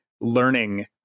learning